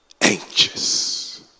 anxious